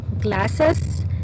glasses